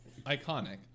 iconic